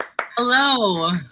Hello